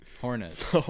Hornets